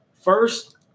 First